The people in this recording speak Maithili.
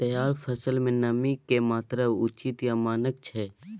तैयार फसल में नमी के की मात्रा उचित या मानक छै?